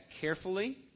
carefully